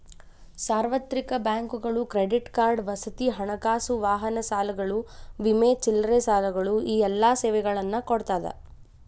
ಸಾರ್ವತ್ರಿಕ ಬ್ಯಾಂಕುಗಳು credit card ವಸತಿ ಹಣಕಾಸು ವಾಹನ ಸಾಲಗಳು ವಿಮೆ ಚಿಲ್ಲರೆ ಸಾಲಗಳು ಈ ಎಲ್ಲಾ ಸೇವೆಗಳನ್ನ ಕೊಡ್ತಾದ